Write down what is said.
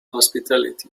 hospitality